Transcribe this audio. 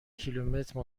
کیلومتر